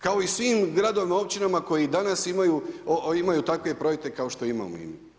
Kao i svim gradovima i općinama koji danas imaju takve projekte kao što imamo i mi.